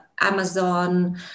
Amazon